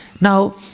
Now